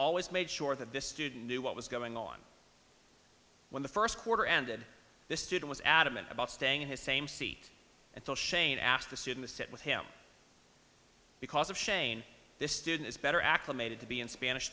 always made sure that this student knew what was going on when the first quarter ended this student was adamant about staying in his same seat until shane asked to sit in the set with him because of shane this student is better acclimated to be in spanish